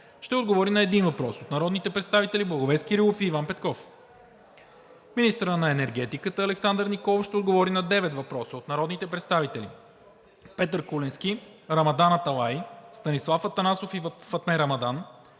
ще отговори на един въпрос от народните представители Благовест Кирилов и Иван Петков. Министърът на енергетиката Александър Николов ще отговори на девет въпроса от народните представители Петър Куленски; Рамадан Аталай; Станислав Атанасов и Фатме Рамадан;